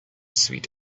sweet